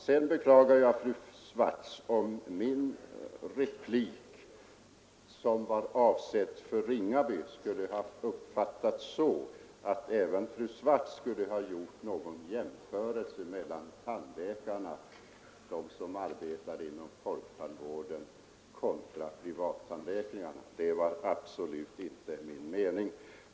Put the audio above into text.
Jag beklagar, fru Swartz, om min replik som var avsedd för herr Ringaby skulle ha uppfattats så att även fru Swartz hade gjort någon jämförelse mellan de tandläkare som arbetar inom folktandvården och privattandläkarna. Det var absolut inte min mening.